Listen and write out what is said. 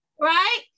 right